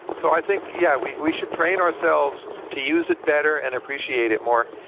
so i think, yeah, we we should train ourselves to use it better and appreciate it more.